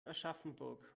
aschaffenburg